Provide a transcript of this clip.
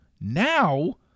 Now